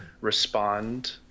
respond